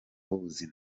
w’ubuzima